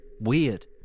Weird